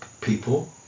people